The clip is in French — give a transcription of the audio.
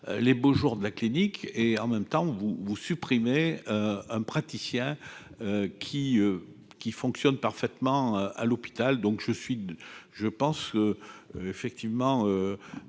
les beaux jours de la clinique et en même temps vous vous supprimez un praticien qui qui fonctionne parfaitement à l'hôpital, donc je suis, je pense, effectivement,